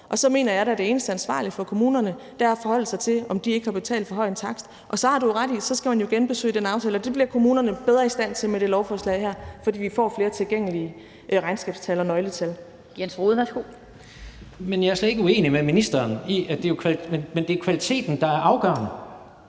Og så mener jeg da, at det eneste ansvarlige for de kommuner da er at forholde sig til, om de ikke har betalt for høj en takst. Og du har jo ret i, at så skal man genbesøge den aftale, og det bliver kommunerne bedre i stand til med det her lovforslag, fordi vi får flere tilgængelige regnskabstal og nøgletal. Kl. 12:27 Den fg. formand (Annette Lind): Jens Rohde, værsgo.